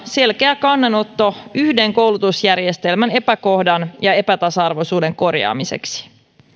selkeä kannanotto yhden koulutusjärjestelmän epäkohdan ja epätasa arvoisuuden korjaamiseksi